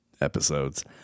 episodes